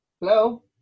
Hello